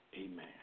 Amen